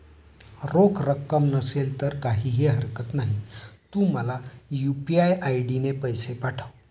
रोख रक्कम नसेल तर काहीही हरकत नाही, तू मला यू.पी.आय ने पैसे पाठव